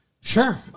Sure